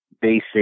basic